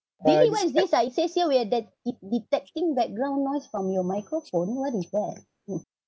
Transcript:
do you know what is this ah it says here we are that it detecting background noise from your microphone what is that hmm